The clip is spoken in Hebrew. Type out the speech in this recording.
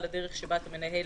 דרכם.